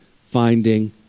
finding